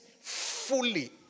fully